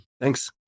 Thanks